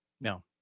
No